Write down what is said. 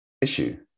issue